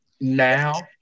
now